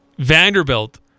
Vanderbilt